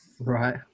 Right